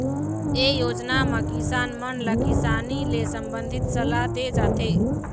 ए योजना म किसान मन ल किसानी ले संबंधित सलाह दे जाथे